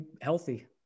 healthy